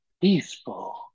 peaceful